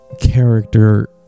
character